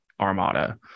armada